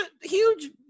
huge